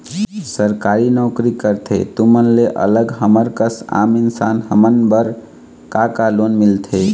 सरकारी नोकरी करथे तुमन ले अलग हमर कस आम इंसान हमन बर का का लोन मिलथे?